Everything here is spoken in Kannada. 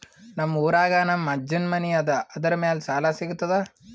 ನಮ್ ಊರಾಗ ನಮ್ ಅಜ್ಜನ್ ಮನಿ ಅದ, ಅದರ ಮ್ಯಾಲ ಸಾಲಾ ಸಿಗ್ತದ?